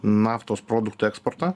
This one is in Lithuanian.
naftos produktų eksportą